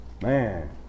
man